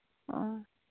ᱚ